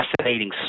fascinating